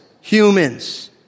humans